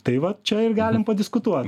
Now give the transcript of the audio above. tai va čia ir galim padiskutuot